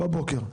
בבוקר,